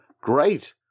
great